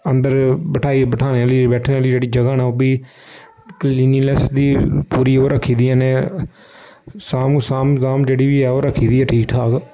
अंदर बठाइयै बठाह्ने बैठने आह्ली जेह्ड़ी जगह न उब्बी कलिनिंगनैस दी पूरी ओह् रक्खी दी उ'नें साम्ब साम्ब गाम्ब जेह्ड़ी बी ओह् रखखी दी ऐ ठीक ठाक